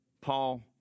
Paul